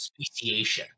speciation